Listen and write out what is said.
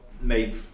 made